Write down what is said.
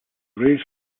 race